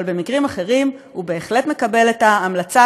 אבל במקרים אחרים הוא בהחלט מקבל את ההמלצה,